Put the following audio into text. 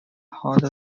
hot